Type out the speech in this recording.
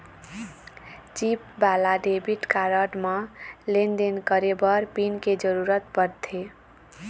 chip वाला debit card म लेन देन करे बर पिन के जरूरत परथे